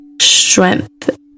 strength